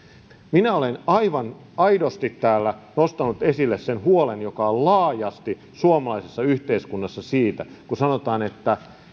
minä olen aivan aidosti täällä nostanut esille sen huolen joka on laajasti suomalaisessa yhteiskunnassa siitä kun sanotaan että